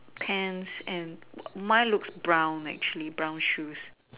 pants and mine looks brown actually brown shoes